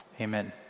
amen